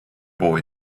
boy